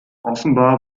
offenbar